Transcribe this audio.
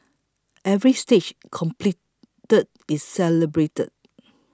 every stage completed is celebrated